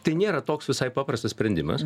tai nėra toks visai paprastas sprendimas